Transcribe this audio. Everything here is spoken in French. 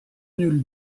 nul